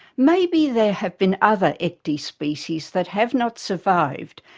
maybe there have been other ecdie species that have not survived,